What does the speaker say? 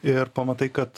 ir pamatai kad